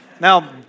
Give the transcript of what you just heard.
Now